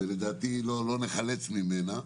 לדעתי לא נצא מזה.